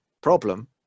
problem